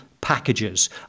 packages